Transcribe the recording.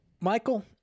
Michael